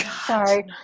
sorry